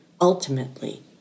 ultimately